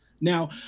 Now